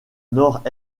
nord